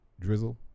drizzle